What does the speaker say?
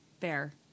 Fair